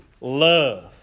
love